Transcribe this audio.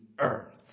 earth